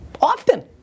often